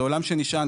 זה עולם שנשען,